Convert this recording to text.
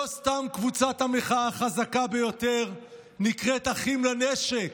לא סתם קבוצת המחאה החזקה ביותר נקראת "אחים לנשק"